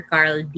Carl